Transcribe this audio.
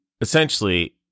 essentially